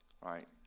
Right